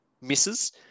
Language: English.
misses